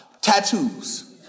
Tattoos